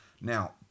Now